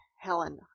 Helen